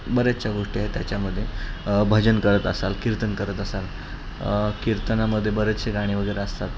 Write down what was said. बऱ्याचशा गोष्टी आहेत त्याच्यामध्ये भजन करत असाल कीर्तन करत असाल कीर्तनामध्ये बरेचशे गाणी वगैरे असतात